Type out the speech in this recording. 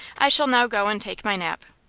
i shall now go and take my nap.